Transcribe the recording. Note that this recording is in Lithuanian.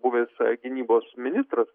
buvęs gynybos ministras